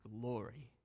glory